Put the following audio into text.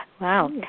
Wow